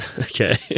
Okay